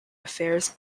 affairs